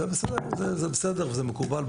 זה בסדר, זה מקובל.